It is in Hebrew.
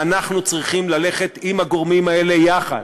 ואנחנו צריכים ללכת עם הגורמים האלה יחד,